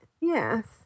Yes